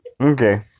Okay